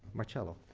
marcello.